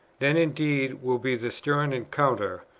then indeed will be the stern encounter,